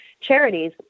charities